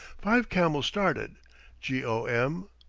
five camels started g. o. m,